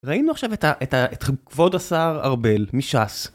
ראינו עכשיו את כבוד השר ארבל מש''ס